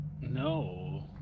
No